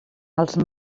els